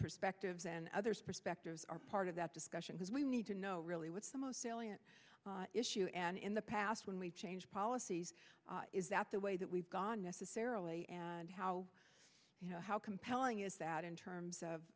perspective then others perspectives are part of that discussion has we need to know really what's the most salient issue and in the past when we change policies is that the way that we've gone necessarily and how how compelling is that in terms of